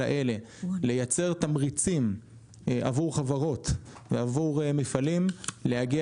האלה לייצר תמריצים עבור חברות ועבור מפעלים להגיע